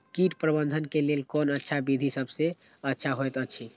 कीट प्रबंधन के लेल कोन अच्छा विधि सबसँ अच्छा होयत अछि?